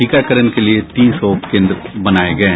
टीकाकरण के लिये तीन सौ केन्द्र बनाये गये